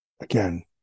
Again